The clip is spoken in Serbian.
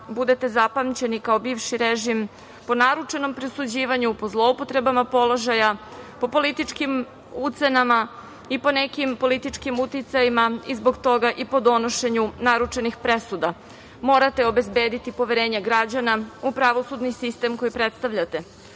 budete zapamćeni kao bivši režim po naručenom presuđivanju, po zloupotrebama položaja, po političkim ucenama i po nekim političkim ucenama i zbog toga i po donošenju naručenih presuda. Morate obezbediti poverenje građana u pravosudni sistem koji predstavljate.